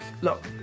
Look